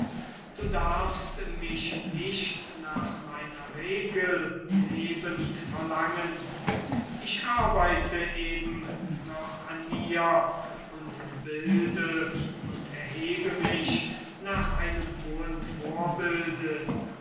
du darfst mich nicht nach meiner regel verlangen ich arbeite eben noch an mir und bilde und erhebe mich nach einem hohen vorbilde